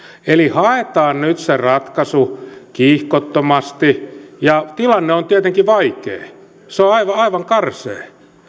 eli haetaan nyt se ratkaisu kiihkottomasti ja tilanne on tietenkin vaikea se on on aivan aivan karsea